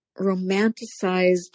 romanticized